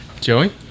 Joey